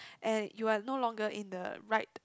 and you're no longer in the right